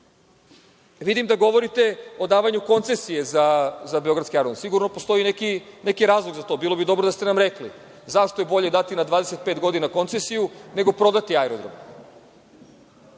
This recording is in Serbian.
da govorite o davanju koncesije za beogradski aerodrom. Sigurno da postoji neki razlog za to i bilo bi dobro da ste nam rekli zašto je bolje dati na 25 godina koncesiju nego prodati aerodrom?